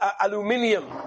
aluminium